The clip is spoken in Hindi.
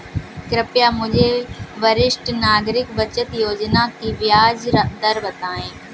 कृपया मुझे वरिष्ठ नागरिक बचत योजना की ब्याज दर बताएं